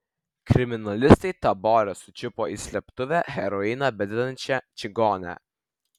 kriminalistai tabore sučiupo į slėptuvę heroiną bededančią čigonę